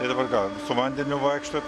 tai dabar ką su vandeniu vaikštot